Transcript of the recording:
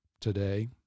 today